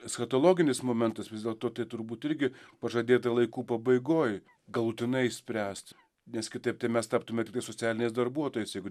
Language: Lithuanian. eschatologinis momentas vis dėlto tai turbūt irgi pažadėta laikų pabaigoj galutinai spręst nes kitaip tai mes taptume tiktai socialiniais darbuotojais jeigu